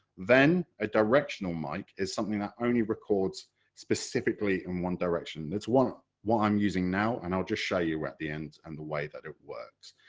then a directional mic is something that only records specifically in one direction, and it's what i'm using now and i'll just show you at the end, and the way that it works,